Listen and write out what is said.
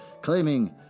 claiming